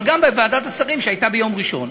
אבל גם בוועדת השרים ביום ראשון,